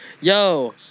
Yo